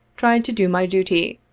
tried to do my duty,